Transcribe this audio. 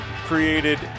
created